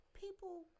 people